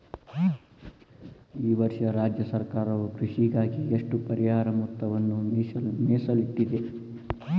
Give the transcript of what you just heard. ಈ ವರ್ಷ ರಾಜ್ಯ ಸರ್ಕಾರವು ಕೃಷಿಗಾಗಿ ಎಷ್ಟು ಪರಿಹಾರ ಮೊತ್ತವನ್ನು ಮೇಸಲಿಟ್ಟಿದೆ?